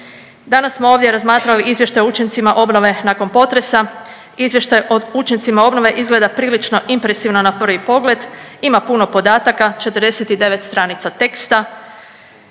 Danas smo ovdje razmatrali Izvještaj o učincima obnove nakon potresa. Izvještaj o učincima obnove izgleda prilično impresivno na prvi pogled, ima puno podataka, 49 stranica teksta,